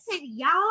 y'all